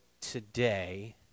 today